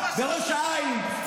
בראש העין,